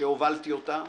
שהובלתי אותה,